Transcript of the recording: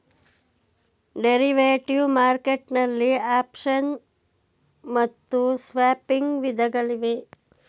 derivative market ನಲ್ಲಿ option ಮತ್ತು swapping ವಿಧಗಳಿವೆ